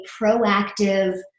proactive